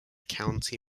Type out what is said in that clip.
county